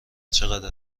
چقدر